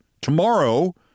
Tomorrow